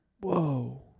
Whoa